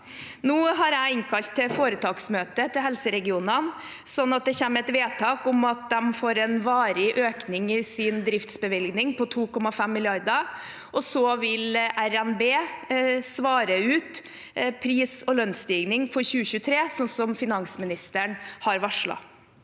Nå har jeg innkalt til foretaksmøte med helseregionene, så det kommer et vedtak om at de får en varig økning i sin driftsbevilgning på 2,5 mrd. kr. Så vil RNB svare ut pris- og lønnsstigning for 2023, slik finansministeren har varslet.